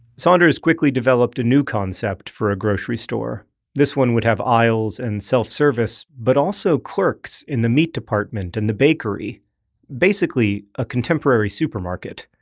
saunders quickly developed a new concept for a grocery store this one would have aisles and self-service but also clerks in the meat department and the bakery basically, a contemporary supermarket.